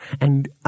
And